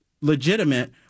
legitimate